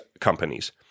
companies